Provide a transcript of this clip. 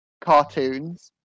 cartoons